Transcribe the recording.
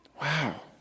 wow